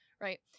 right